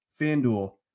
FanDuel